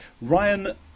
Ryan